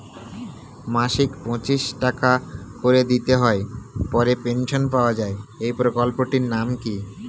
মাসিক পঁচিশ টাকা করে দিতে হয় পরে পেনশন পাওয়া যায় এই প্রকল্পে টির নাম কি?